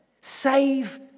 Save